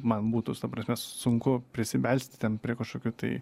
man būtų sta prasme sunku prisibelsti ten prie kažkokių tai